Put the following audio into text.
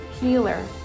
healer